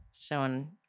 Showing